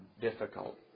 difficult